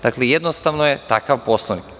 Dakle, jednostavno je takav Poslovnik.